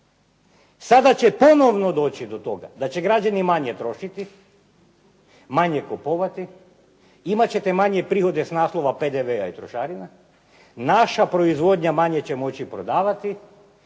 Sada će ponovno doći do toga da će građani manje trošiti, manje kupovati, imat ćete manje prihode s naslova PDV-a i trošarina, naša proizvodnja manje će moći prodavati,